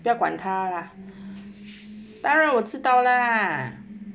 不要管他啦唉我知道 lah